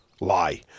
lie